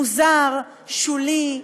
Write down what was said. מוזר, שולי,